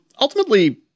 Ultimately